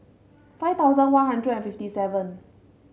five thousand One Hundred and fifty seven